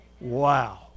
Wow